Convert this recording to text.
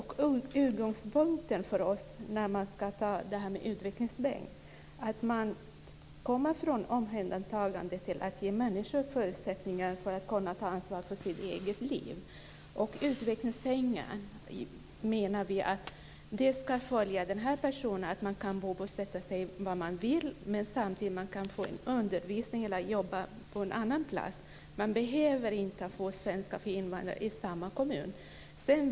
Utgångspunkten för oss vad gäller utvecklingspeng är att man går från omhändertagande till att ge människor förutsättningar för att kunna ta ansvar för sitt eget liv. Vi menar att utvecklingspengen ska följa personen och att man ska kunna bosätta sig var man vill. Samtidigt kan man få undervisning eller jobba på en annan plats. Man behöver inte gå på svenska för invandrare i samma kommun.